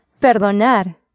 perdonar